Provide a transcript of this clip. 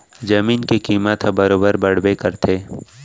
जमीन के कीमत ह बरोबर बड़बे करथे